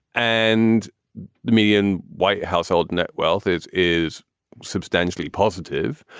and the median white household net wealth is is substantially positive.